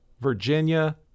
Virginia